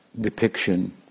depiction